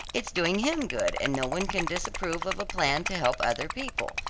it's doing him good, and no one can disapprove of a plan to help other people,